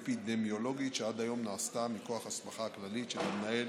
אפידמיולוגית שעד היום נעשתה מכוח ההסמכה הכללית של המנהל